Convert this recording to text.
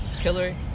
Hillary